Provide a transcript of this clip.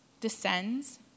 descends